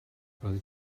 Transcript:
roeddet